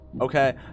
okay